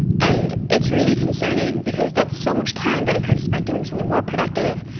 and it's really concerning, because that's so much time that i could have spent doing something more productive,